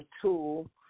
tool